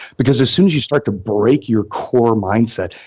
because as soon as you start to break your core mindset,